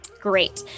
Great